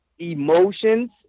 emotions